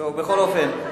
בכל אופן, מה,